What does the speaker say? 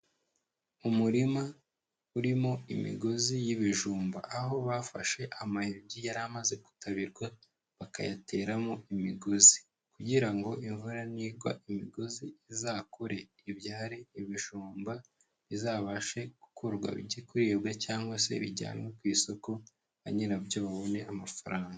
Umurima urimo imigozi y'ibijumba aho bafashe amayogi yari amaze gutabirwa, bakayateramo imigozi; kugira ngo imvura nigwa imigozi izakure ibyare ibijumba, bizabashe gukurwa bijye kuribwa cyangwa se bijyanwe ku isoko, ba nyirabyo babone amafaranga.